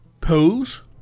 pose